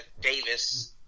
Davis-